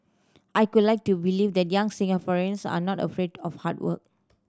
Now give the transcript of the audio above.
I could like to believe that young Singaporeans are not afraid of hard work